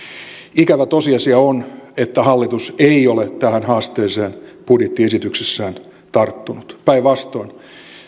ikävä tosiasia on että hallitus ei ole tähän haasteeseen budjettiesityksessään tarttunut päinvastoin